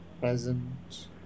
present